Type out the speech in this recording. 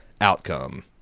outcome